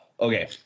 okay